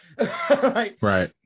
Right